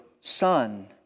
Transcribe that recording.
son